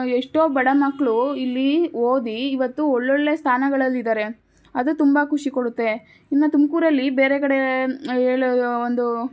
ಎಷ್ಟೋ ಬಡ ಮಕ್ಳು ಇಲ್ಲಿ ಓದಿ ಇವತ್ತು ಒಳ್ಳೊಳ್ಳೆಯ ಸ್ಥಾನಗಳಲ್ಲಿದ್ದಾರೆ ಅದು ತುಂಬ ಖುಷಿ ಕೊಡುತ್ತೆ ಇನ್ನು ತುಮಕೂರಲ್ಲಿ ಬೇರೆ ಕಡೆ ಹೇಳೋ ಒಂದು